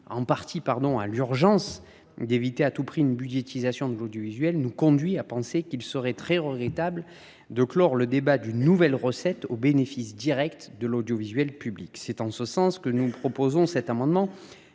en partie à l’urgence d’éviter toute budgétisation de l’audiovisuel. Toujours est il qu’il serait très regrettable de clore le débat sur la création d’une nouvelle recette au bénéfice direct de l’audiovisuel public. C’est en ce sens que nous proposons cet amendement